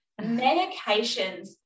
medications